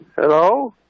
Hello